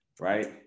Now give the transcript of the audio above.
Right